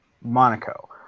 Monaco